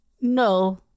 no